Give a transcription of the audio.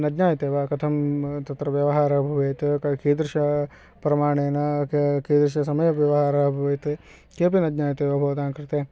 न ज्ञायते वा कथं तत्र व्यवहारः भवेत् कीदृश परमाणेन कीदृश समये व्यवहारः भवेत् किमपि न ज्ञायते वा भवतां कृते